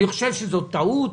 אני חושב שזאת טעות,